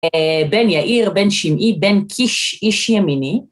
בן יאיר, בן שמעי, בן קיש, איש ימיני.